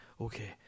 okay